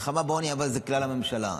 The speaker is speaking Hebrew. מלחמה בעוני זה כלל הממשלה,